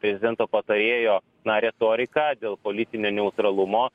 prezidento patarėjo na retoriką dėl politinio neutralumo